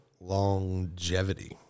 longevity